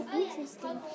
interesting